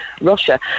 russia